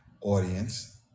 audience